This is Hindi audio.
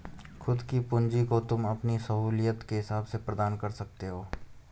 खुद की पूंजी को तुम अपनी सहूलियत के हिसाब से प्रदान कर सकते हो